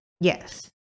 Yes